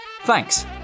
Thanks